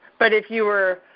but if you were,